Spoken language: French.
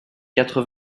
quatre